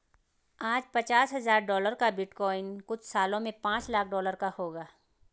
आज पचास हजार डॉलर का बिटकॉइन कुछ सालों में पांच लाख डॉलर का होगा